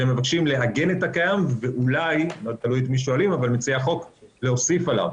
אלא מבקשים לעגן את הקיים ואולי להוסיף עליו.